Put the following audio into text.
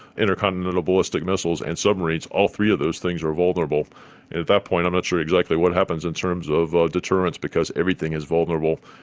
intercontinental ballistic missiles and submarines all three of those things are vulnerable. and at that point i'm not sure exactly what happens in terms of deterrence because everything is vulnerable,